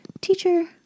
Teacher